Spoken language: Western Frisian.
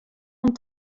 oan